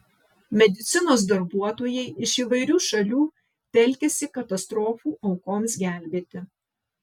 medicinos darbuotojai iš įvairių šalių telkiasi katastrofų aukoms gelbėti